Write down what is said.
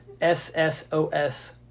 S-S-O-S